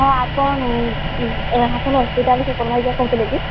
ହଁ ଆପଣ Redhakhol hospital supervisor କହୁଥିଲେ କି